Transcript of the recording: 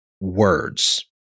words